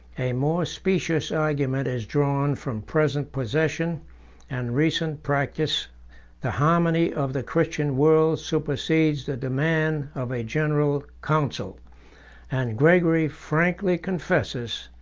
a more specious argument is drawn from present possession and recent practice the harmony of the christian world supersedes the demand of a general council and gregory frankly confesses,